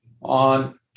on